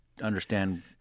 understand